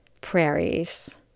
prairies